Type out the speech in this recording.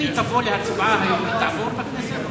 אם היא תבוא להצבעה היום, היא תעבור בכנסת?